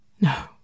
No